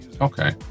Okay